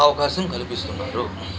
అవకాశం కల్పిస్తున్నారు